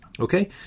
Okay